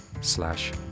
slash